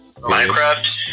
Minecraft